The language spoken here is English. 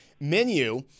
menu